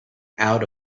out